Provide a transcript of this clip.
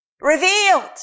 revealed